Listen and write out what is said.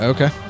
Okay